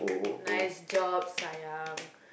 nice job sayang